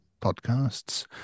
podcasts